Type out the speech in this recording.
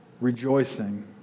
Rejoicing